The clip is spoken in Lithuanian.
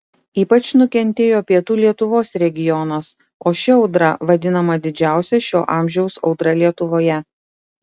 ypač nukentėjo pietų lietuvos regionas o ši audra vadinama didžiausia šio amžiaus audra lietuvoje